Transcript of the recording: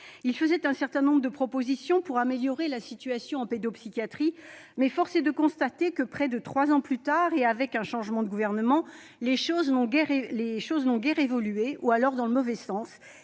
a fait un certain nombre de propositions afin d'améliorer la situation de la pédopsychiatrie, mais force est de constater que, près de trois ans plus tard, et après un changement de gouvernement, les choses n'ont guère évolué, ou alors dans le mauvais sens.